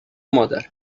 مادر